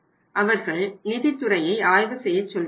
அவர்கள் நிதி துறையை ஆய்வு செய்யச் சொல்கிறார்கள்